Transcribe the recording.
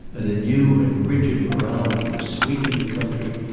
and a new and rigid morality was sweeping the country.